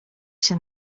się